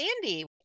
Sandy